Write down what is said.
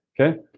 Okay